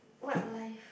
what life